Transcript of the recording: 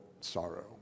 sorrow